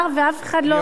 ואף אחד לא,